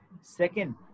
Second